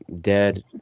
dead